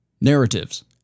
narratives